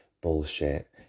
bullshit